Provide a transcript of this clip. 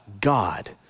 God